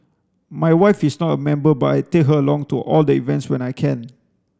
my wife is not a member but I take her along to all the events when I can